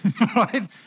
right